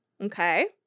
Okay